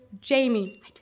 Jamie